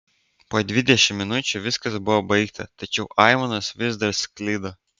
po dvidešimt minučių viskas buvo baigta tačiau aimanos vis dar sklido